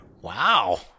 Wow